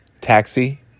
taxi